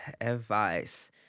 advice